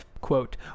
Quote